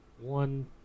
one